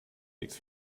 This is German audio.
league